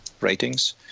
ratings